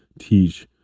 teach.